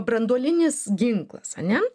branduolinis ginklas ane